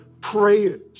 prayers